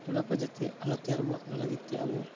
ᱚᱱᱟ ᱠᱚ ᱡᱟᱛᱮ ᱟᱞᱚ ᱛᱮᱭᱟᱨᱚᱜ ᱢᱟ ᱚᱱᱟ ᱞᱟᱹᱜᱤᱫ ᱛᱮ ᱟᱵᱚ